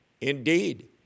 indeed